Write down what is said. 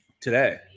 today